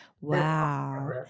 wow